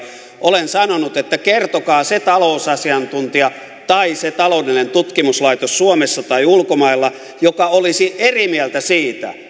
olen sanonut että kertokaa se talousasiantuntija tai se taloudellinen tutkimuslaitos suomessa tai ulkomailla joka olisi eri mieltä siitä